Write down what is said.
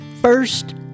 first